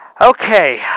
Okay